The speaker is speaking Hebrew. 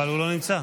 אבל הוא לא נמצא.